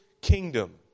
kingdom